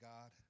God